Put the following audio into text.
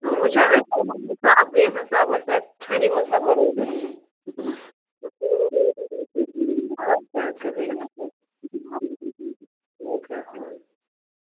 وُچھُو أسۍ دِمو حِساب ییٚمہِ حساب أسۍ اَتہِ ٹھنٛڈی منٛز ہٮ۪کو روٗزِتھ اَدٕ کیٛاہ اَدٕ کیٛاہ بِہِو خُدایس حوال او کے اسلامُ علیکُم